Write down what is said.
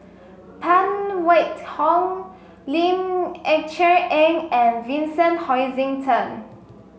Phan Wait Hong Ling Eng Cher Eng and Vincent Hoisington